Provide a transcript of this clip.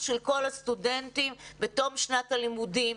של כל הסטודנטים בתום שנת הלימודים,